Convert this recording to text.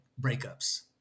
breakups